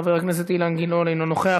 חבר הכנסת אילן גילאון, אינו נוכח.